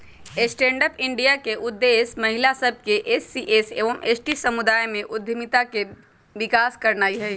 stand up India के उद्देश्य महिला सभ, एस.सी एवं एस.टी समुदाय में उद्यमिता के विकास करनाइ हइ